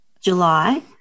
July